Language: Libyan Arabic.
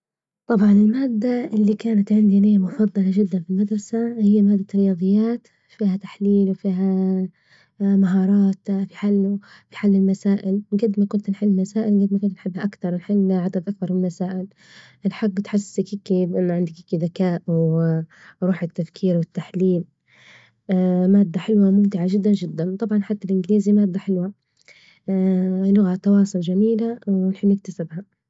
طبعا المادة اللي كانت عندي ليا مفضلة جدا في المدرسة هي مادة الرياضيات فيها تحليل وفيها مهارات في حله في حل المسائ، جد ما كنت نحل مسائل جد ما كنت نحبها أكثر نحل عدد أكبر من المسائل، الحج تحسسك كي إن عندك ذكاء وروح التفكير والتحليل مادة حلوة وممتعة جدا جدا طبعا حتى الإنجليزي مادة حلوة، لغة تواصل جميلة ونحب نكتسبها.